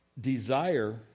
desire